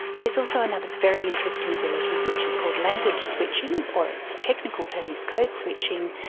there's also another very interesting ability which is called language switching, or its technical term is code switching,